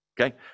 Okay